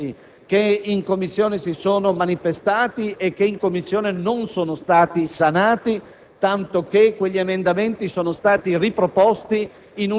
e ciò è avvenuto nonostante i dissensi che in quella sede si sono manifestati e che, sempre in Commissione, non sono stati sanati,